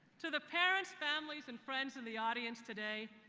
to the parents, families and friends in the audience today,